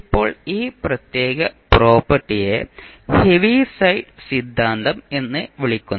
ഇപ്പോൾ ഈ പ്രത്യേക പ്രോപ്പർട്ടിയെ 'ഹീവിസൈഡ് സിദ്ധാന്തം' എന്ന് വിളിക്കുന്നു